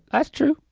that's true.